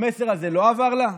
המסר הזה לא עבר אליה?